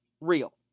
real